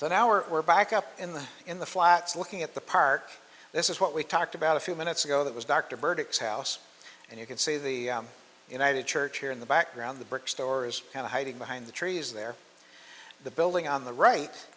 so now are we're back up in the in the flats looking at the park this is what we talked about a few minutes ago that was dr burdick's house and you can see the united church here in the background the brick stores kind of hiding behind the trees there the building on the right